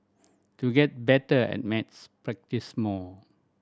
to get better at maths practise more